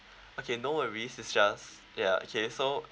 okay no worries it's just ya okay so